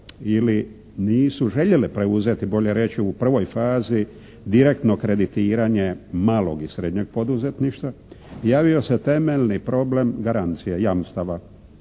ili nisu željele preuzeti bolje reći u prvoj fazi direktno kreditiranje malog i srednjeg poduzetništva. Javio se temeljni problem garancije jamstava